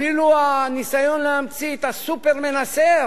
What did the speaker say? אפילו הניסיון להמציא את הסופר-מנסר